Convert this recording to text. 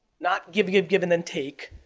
not, give, give, give and then take.